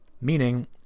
meaning